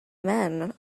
men